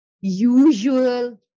usual